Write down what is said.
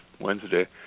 Wednesday